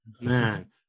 Man